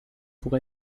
pour